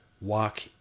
Walk